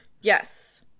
Yes